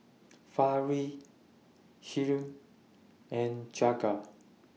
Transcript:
Fali Hri and Jagat